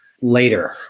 later